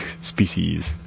species